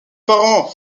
parents